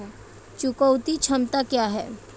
चुकौती क्षमता क्या है?